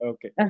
Okay